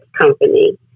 Company